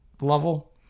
level